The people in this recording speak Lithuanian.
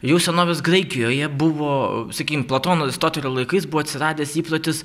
jau senovės graikijoje buvo sakykim platono aristotelio laikais buvo atsiradęs įprotis